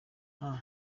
nta